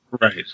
Right